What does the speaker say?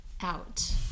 Out